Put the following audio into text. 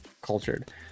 cultured